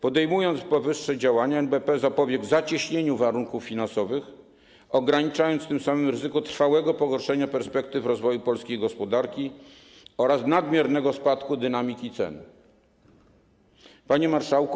Podejmując powyższe działania, NBP zapobiegł zacieśnieniu warunków finansowych, ograniczając tym samym ryzyko trwałego pogorszenia perspektyw rozwoju polskiej gospodarki oraz nadmiernego spadku dynamiki cen. Panie Marszałku!